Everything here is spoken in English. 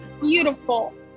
beautiful